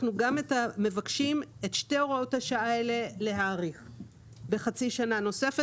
אנחנו מבקשים להאריך את שתי הוראות השעה האלה בחצי שנה נוספת,